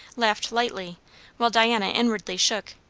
laughed lightly while diana inwardly shook,